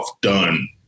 done